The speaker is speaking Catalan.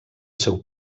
seu